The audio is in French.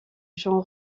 jean